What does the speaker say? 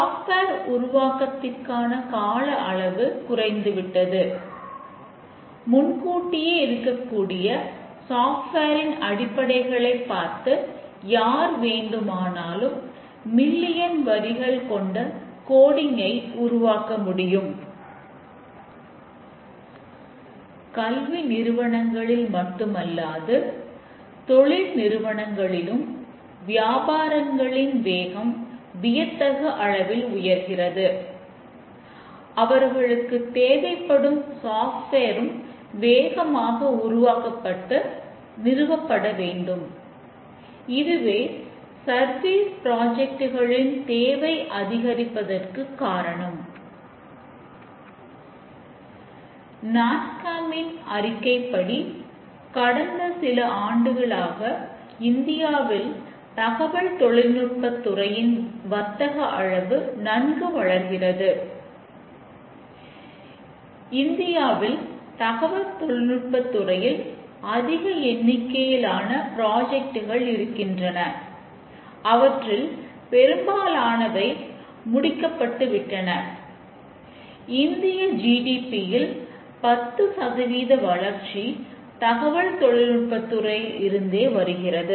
சிஸ்டத்திற்கு உள்ளீடுகளை கொடுங்கள் வெளியீட்டை கவனியுங்கள் மற்றும் அது நம்முடைய எதிர்பார்ப்புக்கு சரியாக பொருந்தி இருக்கும்போது அது தேர்ச்சி பெறுகிறது அல்லது அங்கு தோல்வி இருக்கும்போது ஒரு முரண்பாடும் இருக்கிறது